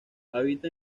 habita